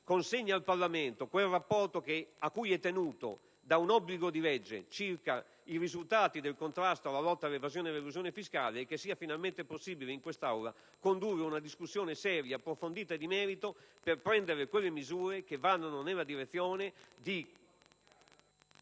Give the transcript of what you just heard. consegni al Parlamento quel rapporto, cui è tenuto da un obbligo di legge, circa i risultati del contrasto e della lotta all'evasione e all'elusione fiscale, e che sia finalmente possibile in quest'Aula condurre una discussione seria, approfondita e di merito per prendere misure che vadano nella direzione di